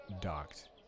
docked